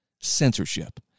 Censorship